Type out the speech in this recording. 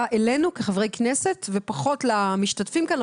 אלינו כחברי כנסת ופחות למשתתפים כאן,